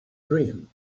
dream